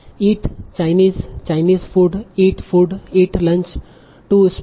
it Chinese Chinese food eat food eat lunch to spend